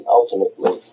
ultimately